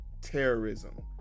terrorism